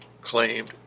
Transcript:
claimed